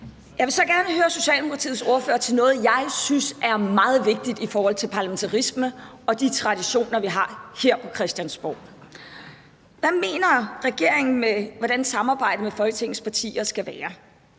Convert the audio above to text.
Jeg vil så gerne høre Socialdemokratiets ordfører om noget, jeg synes er meget vigtigt i forhold til parlamentarisme og de traditioner, vi har her på Christiansborg: Hvordan mener regeringen at samarbejdet mellem Folketingets partier skal være?